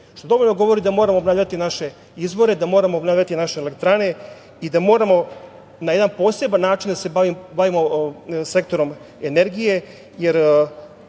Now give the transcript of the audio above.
što dovoljno govori da moramo obnavljati naše izvore, da moramo obnavljati naše elektrane i da moramo na jedan poseban način da se bavimo sektorom energije, jer